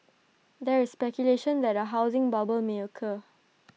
there is speculation that A housing bubble may occur